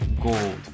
gold